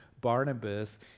Barnabas